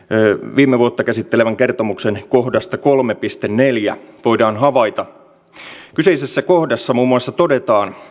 viime vuotta käsittelevän kertomuksen kohdasta kolmeen piste neljään voidaan havaita kyseisessä kohdassa muun muassa todetaan